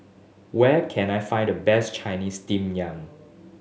where can I find the best Chinese steam yam